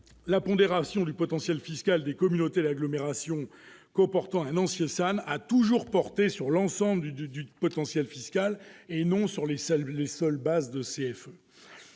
La pondération du potentiel fiscal des communautés d'agglomération comportant un ancien SAN a toujours porté sur l'ensemble du potentiel fiscal, et non sur les seules bases de CFE.